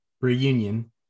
Reunion